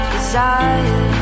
Desire